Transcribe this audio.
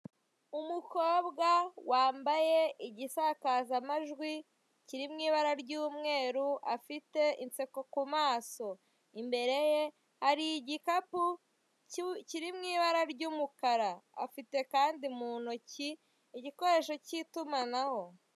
Umukobwa wambaye igisakazamajwi kiri mu ibara ry'umweru, afite inseko ku maso imbere ye hari igikapu kiri mu ibara ry'umukara, afite kandi mu ntoki igikoresho k'itumanaho.